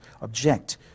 object